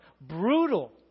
Brutal